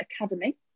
Academy